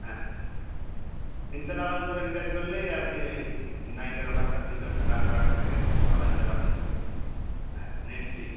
হ্যাঁ স্যার তিনশো টাকার উপরে রিচার্জ করলেই আপনি ওই নাইটের অফারটা ফ্রি পাবেন রাত বারোটা থেকে সকাল ছটা পর্যন্ত হ্যাঁ নেট ফ্রি